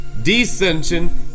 Descension